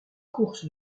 courses